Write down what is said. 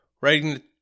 writing